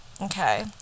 Okay